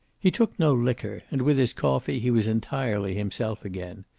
he took no liquor, and with his coffee he was entirely himself again.